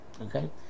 okay